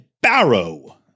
Barrow